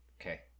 Okay